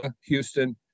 Houston